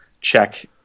check